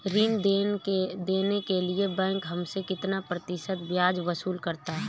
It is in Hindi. ऋण देने के लिए बैंक हमसे कितना प्रतिशत ब्याज वसूल करता है?